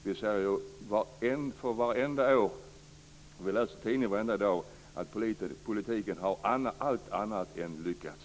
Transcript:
Vi läser i tidningen varenda dag att politiken har allt annat än lyckats.